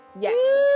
Yes